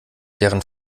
deren